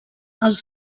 els